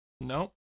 No